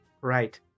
Right